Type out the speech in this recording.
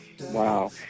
wow